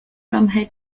from